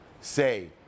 say